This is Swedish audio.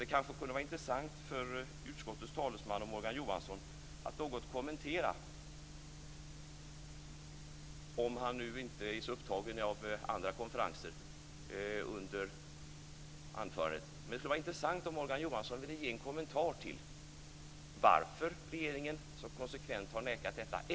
Det kunde kanske vara intressant för utskottets talesman Morgan Johansson att något kommentera - om han inte nu under mitt anförande är så upptagen av andra konferenser - varför regeringen så konsekvent har nekat detta.